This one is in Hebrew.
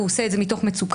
והוא עושה את זה מתוך מצוקה,